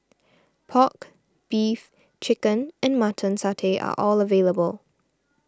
Pork Beef Chicken and Mutton Satay are all available